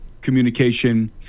communication